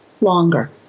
longer